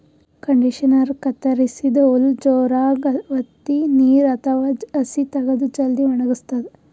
ಕಂಡಿಷನರಾ ಕತ್ತರಸಿದ್ದ್ ಹುಲ್ಲ್ ಜೋರಾಗ್ ವತ್ತಿ ನೀರ್ ಅಥವಾ ಹಸಿ ತಗದು ಜಲ್ದಿ ವಣಗಸ್ತದ್